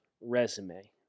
resume